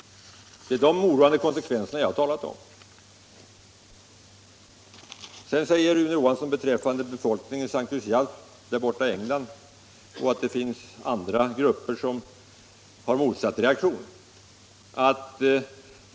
Rune Johansson talar vidare om den entusiasm som vissa grupper av befolkningen i England har visat och att det finns andra grupper som har reagerat på motsatt sätt.